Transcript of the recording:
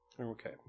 Okay